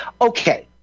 Okay